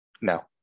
No